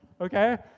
okay